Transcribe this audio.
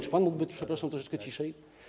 Czy pan mógłby, przepraszam, troszeczkę ciszej?